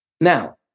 Now